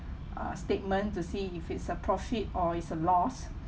uh statement to see if it's a profit or is a loss